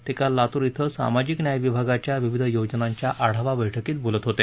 ते काल लातूर ध्वें सामाजिक न्याय विभागाच्या विविध योजनांच्या आढावा बैठकीत बोलत होते